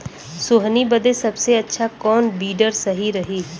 सोहनी बदे सबसे अच्छा कौन वीडर सही रही?